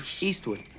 Eastwood